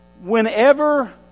Whenever